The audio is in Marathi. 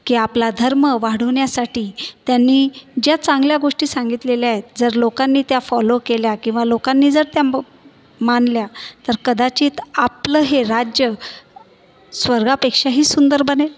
की आपला धर्म वाढवण्यासाठी त्यांनी ज्या चांगल्या गोष्टी सांगितलेल्या आहेत जर लोकांनी त्या फॉलो केल्या किंवा लोकांनी जर त्या मब मानल्या तर कदाचित आपलं हे राज्य स्वर्गापेक्षाही सुंदर बनेल